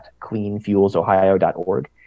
cleanfuelsohio.org